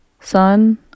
sun